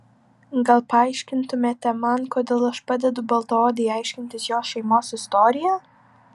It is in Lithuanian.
gal paaiškintumėte man kodėl aš padedu baltaodei aiškintis jos šeimos istoriją